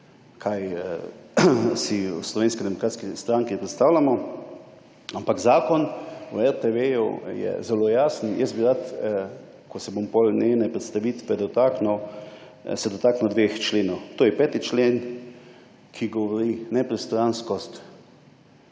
kaj si v Slovenski demokratski stranki predstavljamo. Ampak Zakon o RTV je zelo jasen. Jaz bi se rad, ko se bom potem njene predstavitve dotaknil, dotaknil dveh členov. To je 5. člen, ki govori o nepristranskosti.